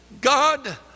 God